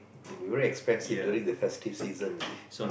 it'll be very expensive during the festive season you see